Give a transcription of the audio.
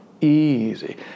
easy